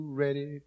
ready